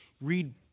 read